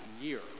year